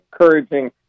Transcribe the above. encouraging